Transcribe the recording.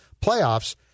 playoffs